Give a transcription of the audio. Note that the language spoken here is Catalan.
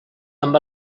amb